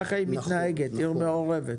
כך מתנהגת עיר מעורבת.